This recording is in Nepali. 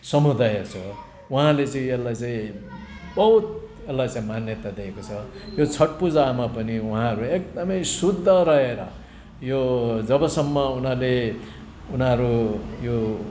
समुदाय छ उहाँले चाहिँ यसलाई चाहिँ बहुत यसलाई चाहिँ मान्यता दिएको छ यो छठ पूजामा पनि उहाँहरू एकदमै शुद्ध रहेर यो जबसम्म उनीहरूले उनीहरू यो